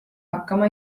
hakkama